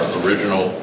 original